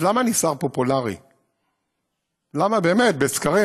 אז למה אני שר פופולרי, באמת, בסקרים?